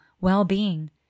well-being